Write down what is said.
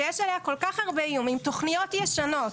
שיש עליה כל כך הרבה איומים תוכניות ישנות,